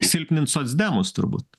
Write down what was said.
silpnint socdemus turbūt